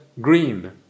green